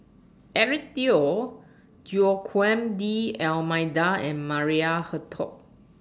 Eric Teo Joaquim D'almeida and Maria Hertogh